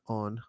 on